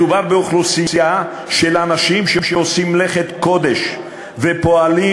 מדובר באוכלוסייה של אנשים שעושים מלאכת קודש ופועלים,